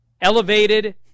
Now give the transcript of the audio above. elevated